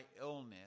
illness